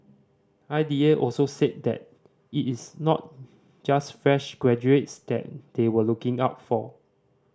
I D A also said that it is not just fresh graduates that they were looking out for